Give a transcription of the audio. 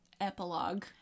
epilogue